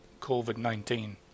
COVID-19